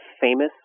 famous